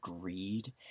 greed